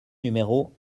numéro